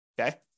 Okay